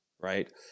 right